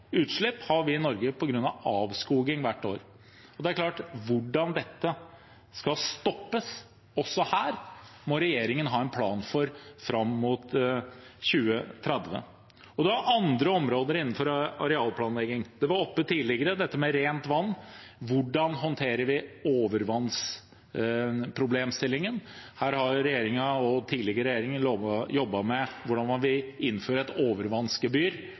utslipp har vi i Norge på grunn av avskoging hvert år. Hvordan dette skal stoppes, også her, må regjeringen ha en plan for fram mot 2030. Det er også andre områder innenfor arealplanlegging. Tidligere var det oppe, dette med rent vann. Hvordan håndterer vi overvannsproblemstillingen? Her har regjeringen og tidligere regjeringer gjennom flere år jobbet med hvordan